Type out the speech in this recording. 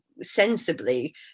sensibly